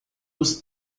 dos